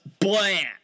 bland